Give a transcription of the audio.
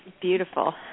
Beautiful